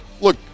Look